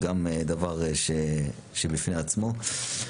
זה גם דבר שבפני עצמו.